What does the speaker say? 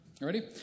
ready